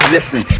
Listen